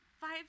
five